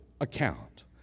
account